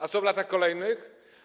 A co w latach kolejnych?